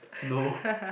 no